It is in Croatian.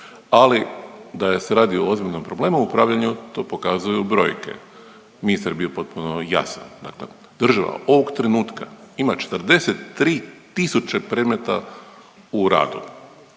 Ali da se radi o ozbiljnom problemu u upravljanju to pokazuju brojke. Ministar je bio potpuno jasan, dakle država ovog trenutka ima 43 tisuće predmeta u radu.